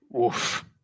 oof